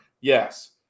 Yes